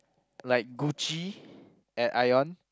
like Gucci at Ion